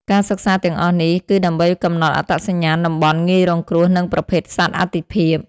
ការសិក្សាទាំងអស់នេះ គឺដើម្បីកំណត់អត្តសញ្ញាណតំបន់ងាយរងគ្រោះ និងប្រភេទសត្វអាទិភាព។